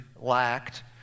lacked